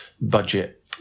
budget